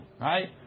Right